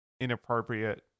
inappropriate